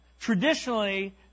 Traditionally